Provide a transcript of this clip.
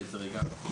תודה כולם.